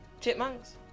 chipmunks